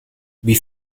wie